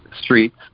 streets